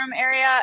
area